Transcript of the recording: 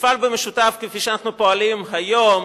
נפעל במשותף כפי שאנחנו פועלים היום,